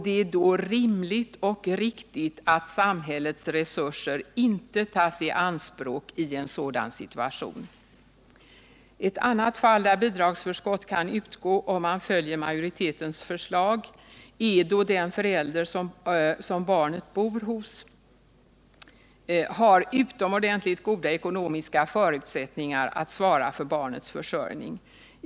Det är då rimligt och riktigt att samhällets resurser inte tas i anspråk i en sådan situation. Ett annat fall där bidragsförskott kan utgå om man följer majoritetens förslag är då den förälder som barnet bor hos har utomordentligt goda ekonomiska förutsättningar att svara för barnets försörjning.